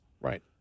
Right